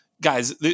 guys